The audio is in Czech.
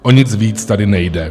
O nic víc tady nejde.